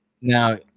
Now